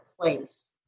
place